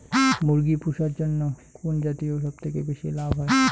মুরগি পুষার জন্য কুন জাতীয় সবথেকে বেশি লাভ হয়?